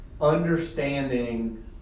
understanding